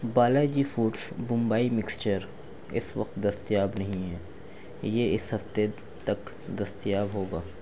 Balaji foods Bombay mixture اس وقت دستیاب نہیں ہے یہ اس ہفتے تک دستیاب ہوگا